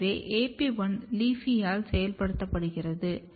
எனவே AP1 LEAFY ஆல் செயல்படுத்தப்படுகிறது